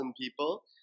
people